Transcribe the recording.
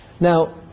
Now